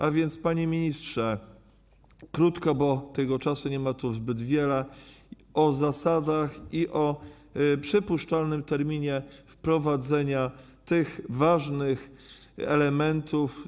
A więc, panie ministrze, krótko, bo tego czasu nie ma tu zbyt wiele, o zasadach i o przypuszczalnym terminie wprowadzenia tych ważnych elementów.